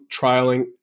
trialing